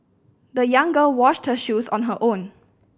the young girl washed her shoes on her own